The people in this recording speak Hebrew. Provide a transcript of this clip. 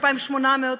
2,800,